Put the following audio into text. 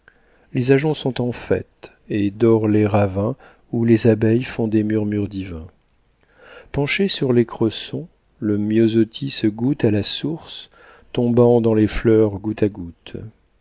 les ajoncs sont en fête et dorent les ravins où les abeilles font des murmures divins penché sur les cressons le myosotis goûte à la source tombant dans les fleurs goutte à goutte